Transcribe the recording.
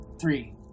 Three